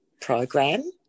program